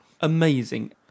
amazing